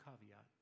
caveat